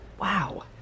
Wow